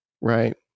Right